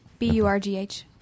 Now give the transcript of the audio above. B-U-R-G-H